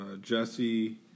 Jesse